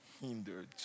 hindered